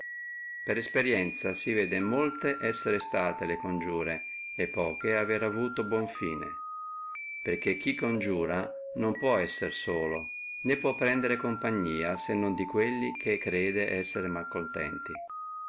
per esperienzia si vede molte essere state le coniure e poche avere avuto buon fine perché chi coniura non può essere solo né può prendere compagnia se non di quelli che creda esser malcontenti